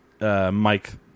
Mike